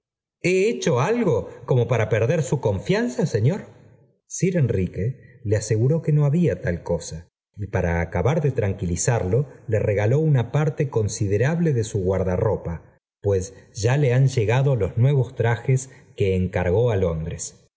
he hecho algo como para perder su confianza señor sir enrique le aseguró que no había tal cosa y para acabar de tranquilizarlo le regaló una parte considerable de su guardarropa pues ya le han llegado los nuevos trajes que encargó á londres